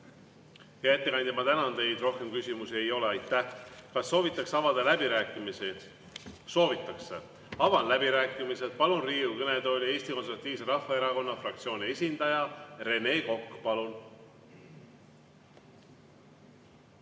Hea ettekandja, ma tänan teid! Rohkem küsimusi ei ole. Aitäh! Kas soovitakse avada läbirääkimised? Soovitakse. Avan läbirääkimised. Palun Riigikogu kõnetooli Eesti Konservatiivse Rahvaerakonna fraktsiooni esindaja Rene Koka.